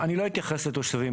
אני לא אתייחס לתושבים.